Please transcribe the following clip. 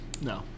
No